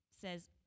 says